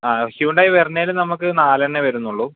ആ ഹ്യുണ്ടായ് വേർണെൽ നമുക്ക് നാലണമെ വരുന്നൊള്ളു